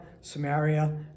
Samaria